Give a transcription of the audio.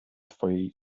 twojej